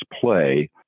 play